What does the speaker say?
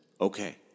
Okay